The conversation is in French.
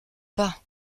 pas